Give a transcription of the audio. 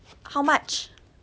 how much